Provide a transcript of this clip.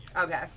Okay